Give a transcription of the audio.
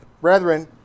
Brethren